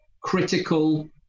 critical